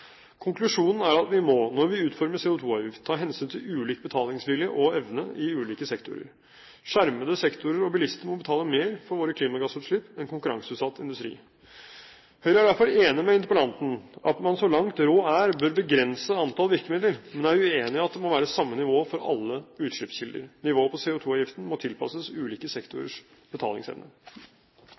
Konklusjonen er at vi må, når vi utformer CO2-avgift, ta hensyn til ulik betalingsvilje og -evne i ulike sektorer. Skjermede sektorer og bilister må betale mer for våre klimagassutslipp enn konkurranseutsatt industri. Høyre er derfor enig med interpellanten i at man så langt råd er, bør begrense antall virkemidler, men er uenig i at det må være samme nivå for alle utslippskilder. Nivået på CO2-avgiften må tilpasses ulike sektorers betalingsevne.